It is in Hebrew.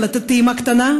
ולתת טעימה קטנה,